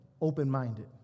open-minded